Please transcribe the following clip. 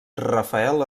rafael